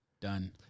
Done